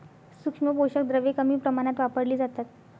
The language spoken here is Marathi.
सूक्ष्म पोषक द्रव्ये कमी प्रमाणात वापरली जातात